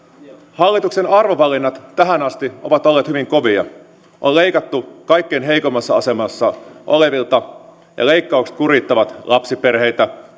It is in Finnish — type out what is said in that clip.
hallituksen arvovalinnat tähän asti ovat olleet hyvin kovia on leikattu kaikkein heikoimmassa asemassa olevilta ja leikkaukset kurittavat lapsiperheitä